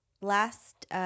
last –